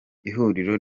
ihuriro